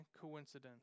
coincidence